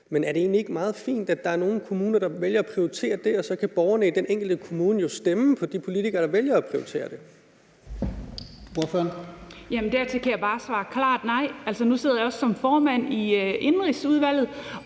egentlig ikke meget fint, at der er nogle kommuner, der vælger at prioritere det, og så kan borgerne i den enkelte kommune jo stemme på de politikere, der vælger at prioritere det? Kl. 10:29 Fjerde næstformand (Lars-Christian